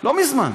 לא מזמן.